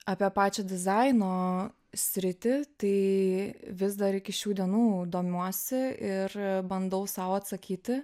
apie pačią dizaino sritį tai vis dar iki šių dienų domiuosi ir bandau sau atsakyti